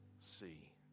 see